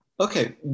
Okay